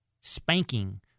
spanking